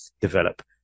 develop